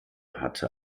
hatte